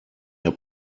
der